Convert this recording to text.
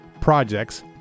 projects